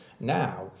Now